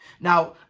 Now